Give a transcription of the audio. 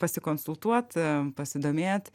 pasikonsultuot pasidomėt